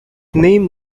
name